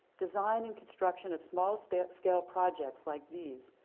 design and construction of small scale scale projects like these,